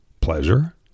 pleasure